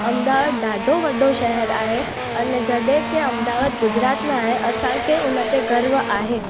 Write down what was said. अहमदाबाद ॾाढो वॾो शहरु आहे अने जॾहिं की अहमदाबाद गुजरात में आहे असांखे उन्हनि ते गर्व आहे